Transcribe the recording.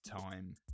time